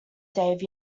dave